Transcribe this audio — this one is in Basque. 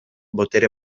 botere